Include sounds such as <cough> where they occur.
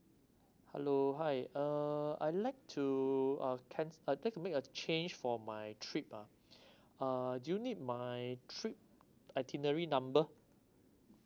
hello hi uh I like to uh canc~ uh can I make a change for my trip ah <breath> uh do you need my trip itinerary number